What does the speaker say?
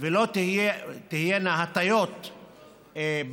ולא תהיה תהיינה הטיות בבחירות,